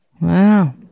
Wow